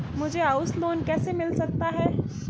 मुझे house loan कैसे मिल सकता है?